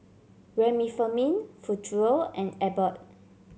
Remifemin Futuro and Abbott